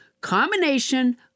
combination